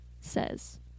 says